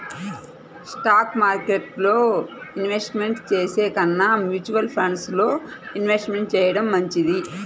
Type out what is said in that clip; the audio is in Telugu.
స్టాక్ మార్కెట్టులో ఇన్వెస్ట్ చేసే కన్నా మ్యూచువల్ ఫండ్స్ లో ఇన్వెస్ట్ చెయ్యడం మంచిది